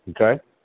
okay